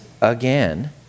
again